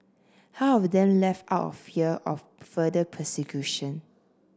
half of them left out of fear of further persecution